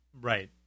Right